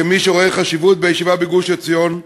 וכמי שרואה חשיבות בישיבה בגוש-עציון,